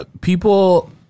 people